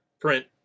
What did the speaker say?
print